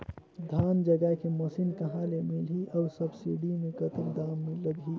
धान जगाय के मशीन कहा ले मिलही अउ सब्सिडी मे कतेक दाम लगही?